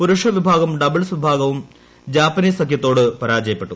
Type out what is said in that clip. പുരുഷ വിഭാഗം ഡബിൾസ് വിഭാഗവും ജാപ്പനീസ് സഖ്യത്തോട് പരാജയപ്പെട്ടു